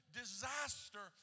disaster